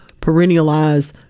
perennialize